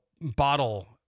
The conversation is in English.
bottle